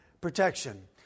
protection